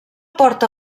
porta